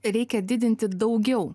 reikia didinti daugiau